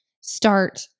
start